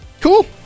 cool